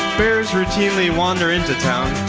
bears routinely wander into town.